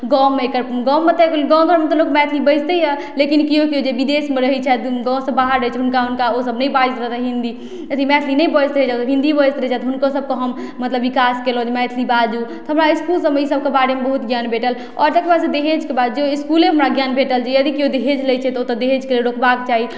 गाँवमे एकर गाँवमे तऽ गाँव घरमे तऽ लोक मैथिली बजितै यऽ लेकिन केओ केओ जे बिदेशमे रहै छथि गाँव से बाहर रहै छथि हुनका हुनका ओ सब नहि बाजैत रहताह हिन्दी अथी मैथिली नहि बजतै हिन्दी बजैत रहै छथि हुनको सबके हम मतलब विकास केलहुॅं जे मैथिली बाजू तऽ हमरा इसकुल सभमे ई सबके बारेमे बहुत ज्ञान भेटल आओर तकरबाद से दहेजके बात जे इसकुलेमे हमरा ज्ञान भेटल जे यदि केओ दहेज लै छथि तऽ ओतऽ दहेजके रोकबाके चाही